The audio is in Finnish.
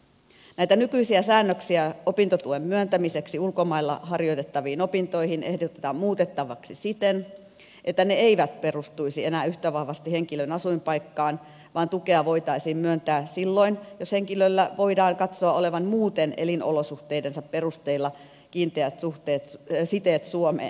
näitä nykyisiä säännöksiä opintotuen myöntämiseksi ulkomailla harjoitettaviin opintoihin ehdotetaan muutettavaksi siten että ne eivät perustuisi enää yhtä vahvasti henkilön asuinpaikkaan vaan tukea voitaisiin myöntää silloin jos henkilöllä voidaan katsoa olevan muuten elinolosuhteidensa perusteella kiinteät siteet suomeen